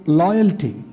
loyalty